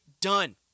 done